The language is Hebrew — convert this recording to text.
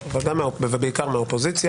ויכול להיות שיש דוגמאות שבוודאות זה לא חל,